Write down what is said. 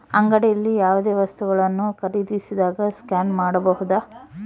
ಅಂಗಡಿಯಲ್ಲಿ ಯಾವುದೇ ವಸ್ತುಗಳನ್ನು ಖರೇದಿಸಿದಾಗ ಸ್ಕ್ಯಾನ್ ಮಾಡಬಹುದಾ?